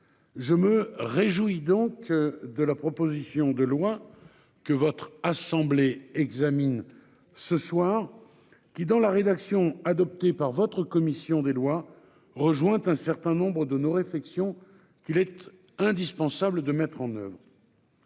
Je me réjouis donc de la proposition de loi que votre assemblée examine aujourd'hui. Dans la rédaction adoptée par votre commission des lois, elle rejoint un certain nombre de nos réflexions qu'il est indispensable de mettre en oeuvre.